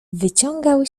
wyciągał